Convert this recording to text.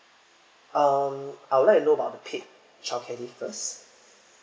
um I would like to know about the paid child care leave first